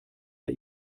bei